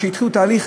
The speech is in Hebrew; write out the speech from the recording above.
כשהתחיל תהליך,